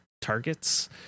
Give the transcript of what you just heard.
targets